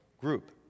group